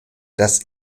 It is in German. das